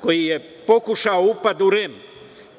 koji je pokušao upad u REM,